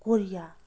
Korea